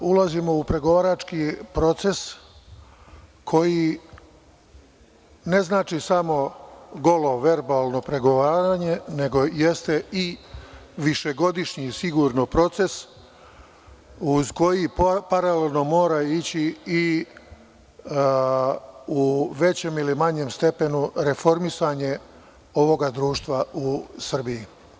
Ulazimo u pregovarački proces koji ne znači samo verbalno pregovaranje, nego sigurno jeste i višegodišnji proces, uz koji paralelno mora ići i u većem ili manjem stepenu reformisanje ovoga društva u Srbiji.